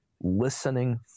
listening